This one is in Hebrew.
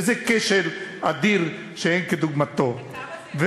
וזה כשל אדיר שאין כדוגמתו.